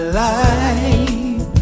life